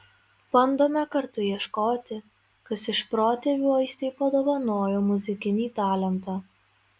bandome kartu ieškoti kas iš protėvių aistei padovanojo muzikinį talentą